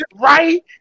right